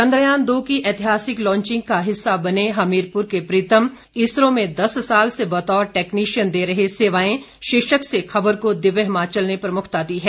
चंद्रयान दो की ऐतिहासिक लांचिंग का हिस्सा बने हमीरपुर के प्रीतम इसरो में दस साल से बतौर टेक्नीशियन दे रहे सेवाएं शीर्षक से खबर को दिव्य हिमाचल ने प्रमुखता दी है